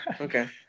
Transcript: Okay